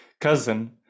cousin